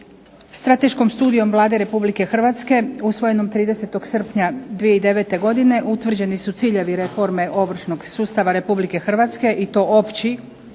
Strateškom studijom Vlade Republike Hrvatske usvojenom 30. srpnja 2009. godine utvrđeni su ciljevi reforme ovršnog sustava Republike Hrvatske i to opći